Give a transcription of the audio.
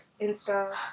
insta